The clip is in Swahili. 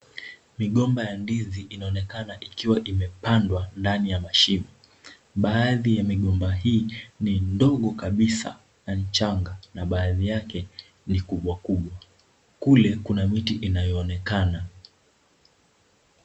Migomba ya ndizi inaonekana ikiwa imepandwa ndani ya mashimo, baadhi ya migomba hii ni ndogo kabisa na ni changa, na baadhi yake ni kubwa kubwa, kule kuna miti inayoonekana.